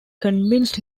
convinced